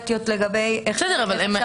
ההצעה שלהם משנה את החוק.